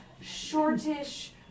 shortish